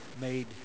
made